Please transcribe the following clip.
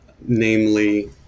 namely